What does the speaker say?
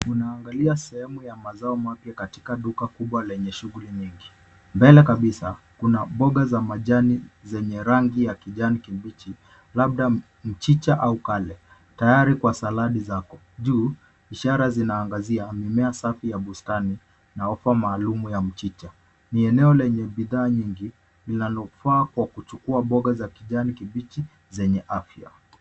Tunaangalia sehemu ya mazao mapya katika duka kubwa lenye shughuli nyingi. Mbele kabisa kuna mboga za majani zenye rangi ya kijani kibichi labda mchicha au kale tayari kwa saladi zako. Juu ishara zinaangazia mimea safi ya bustani na ofa maalum ya mchicha. Ni eneo la bidhaa nyingi linalofaa kwa kuchukuwa mboga za kijani kibichi zenye afya.